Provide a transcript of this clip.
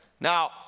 Now